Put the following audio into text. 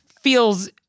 feels